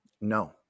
no